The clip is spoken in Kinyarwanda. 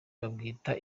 babwita